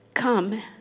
Come